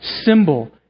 symbol